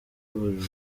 buri